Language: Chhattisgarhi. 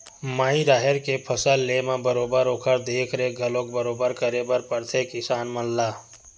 माई राहेर के फसल लेय म बरोबर ओखर देख रेख घलोक बरोबर करे बर परथे किसान मन ला